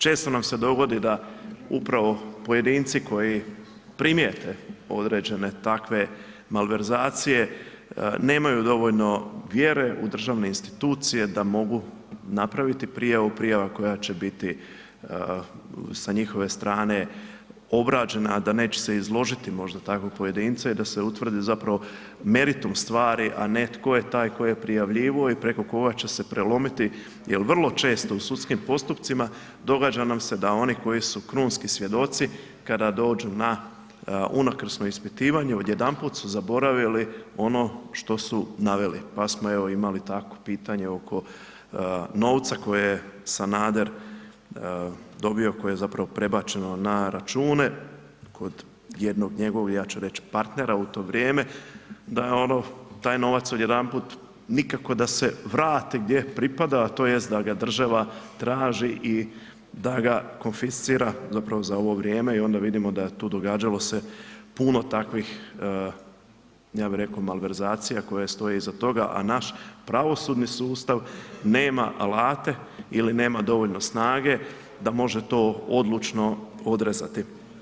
Često nam se dogodi da upravo pojedinci koji primijete određene takve malverzacije nemaju dovoljno vjere u državne institucije da mogu napraviti prijavu, prijava koja će biti sa njihove strane obrađena, a da neće se izložiti možda tako pojedinca i da se utvrdi zapravo meritum stvari, a ne tko je taj koji je prijavljivao i preko koga će se prelomiti jer vrlo često u sudskim postupcima događa nam se da oni koji su krunski svjedoci kada dođu na unakrsno ispitivanje odjedanput su zaboravili ono što su naveli, pa smo evo imali tako pitanje oko novca koje je Sanader dobio, koje je zapravo prebačeno na račune kod jednog njegovog, ja ću reći partnera u to vrijeme, da taj novac odjedanput nikako da se vrati gdje pripada tj. da ga država traži i da ga konfiscira zapravo za ovo vrijeme i onda vidimo da tu događalo se puno takvih, ja bi rekao, malverzacija koje stoje iza toga, a naš pravosudni sustav nema alate ili nema dovoljno snage da može to odlučno odrezati.